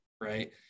right